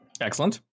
Excellent